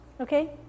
Okay